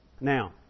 Now